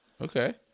okay